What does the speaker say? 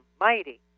mighty